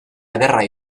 ederra